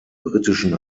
britischen